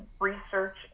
research